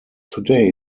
today